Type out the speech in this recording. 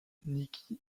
nikki